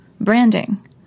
branding